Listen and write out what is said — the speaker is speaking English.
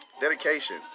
Dedication